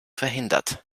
verhindert